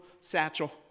satchel